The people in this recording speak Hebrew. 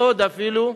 מאוד אפילו,